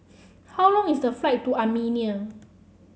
how long is the flight to Armenia